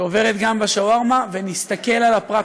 שעוברת גם בשווארמה, ונסתכל על הפרקטיקה: